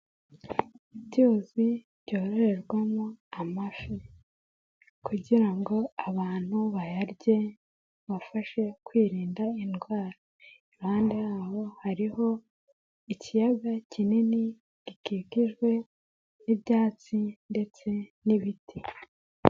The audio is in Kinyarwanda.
Ibyuzi byororerwamo amafi kugira ngo abantu bayarye, bibafashe kwirinda indwara, iruhande yaho hariho ikiyaga kinini gikikijwe n'ibyatsi ndetse n'ibiti.